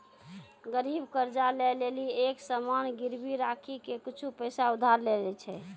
गरीब कर्जा ले लेली एक सामान गिरबी राखी के कुछु पैसा उधार लै छै